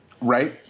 Right